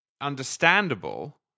understandable